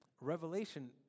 Revelation